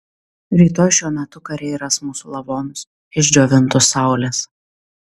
rytoj šiuo metu kariai ras mūsų lavonus išdžiovintus saulės